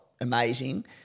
amazing